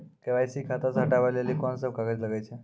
KYC खाता से हटाबै लेली कोंन सब कागज लगे छै?